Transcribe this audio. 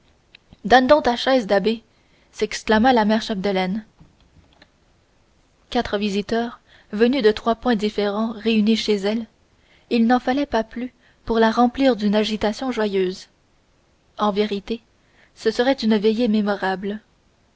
donne donc ta chaise da'bé s'exclama la mère chapdelaine quatre visiteurs venus de trois points différents réunis chez elle il n'en fallait pas plus pour la remplir d'une agitation joyeuse en vérité ce serait une veillée mémorable